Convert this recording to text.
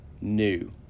new